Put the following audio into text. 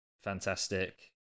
fantastic